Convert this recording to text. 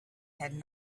had